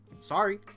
sorry